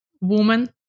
woman